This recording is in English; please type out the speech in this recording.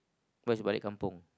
what is balik kampung